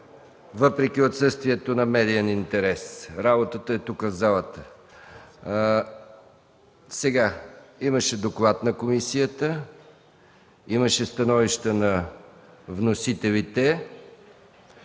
въпреки отсъствието на медиен интерес. Работата е тук, в залата. Имаше доклад на комисията, имаше становище на вносителите.